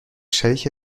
شریک